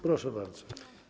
Proszę bardzo.